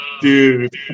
Dude